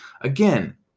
again